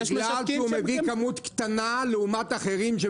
בגלל שהוא מביא כמות קטנה לעומת אחרים.